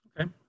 Okay